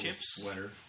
sweater